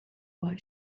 why